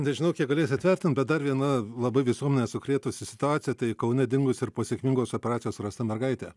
nežinau kiek galėsit vertint bet dar viena labai visuomenę sukrėtusi situacija tai kaune dingusi ir po sėkmingos operacijos rasta mergaitė